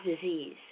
disease